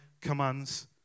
commands